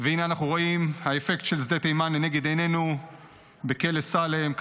והינה אנחנו רואים: האפקט של שדה תימן לנגד עיננו בכלא סאלם,